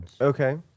Okay